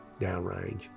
downrange